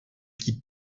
qui